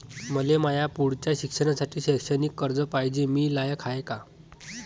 मले माया पुढच्या शिक्षणासाठी शैक्षणिक कर्ज पायजे, मी लायक हाय का?